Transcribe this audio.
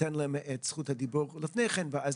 ניתן להם את זכות הדיבור לפני כן ואז